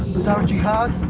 without jihad,